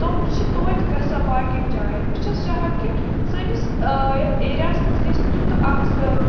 تم چھِ توتہِ گژھان باقٕیَن جایَن بہٕ چھَس چاہان کہِ سٲنِس یَتھ ایریاہَس منٛز گژھِ تیُتھ اَکھ سُہ